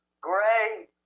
gray